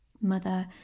Mother